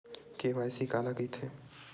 KYC काला कइथे?